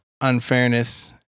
unfairness